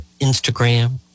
Instagram